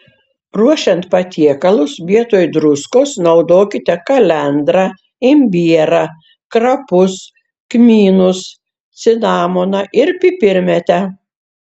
ruošiant patiekalus vietoj druskos naudokite kalendrą imbierą krapus kmynus cinamoną pipirmėtę